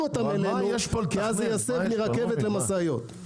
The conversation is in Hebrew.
אותם אלינו כי אז זה יסב מרכבת למשאיות.